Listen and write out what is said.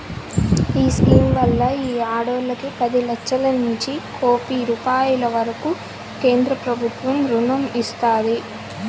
ఈ స్కీమ్ వల్ల ఈ ఆడోల్లకి పది లచ్చలనుంచి కోపి రూపాయిల వరకూ కేంద్రబుత్వం రుణం ఇస్తాది